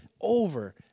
over